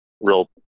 real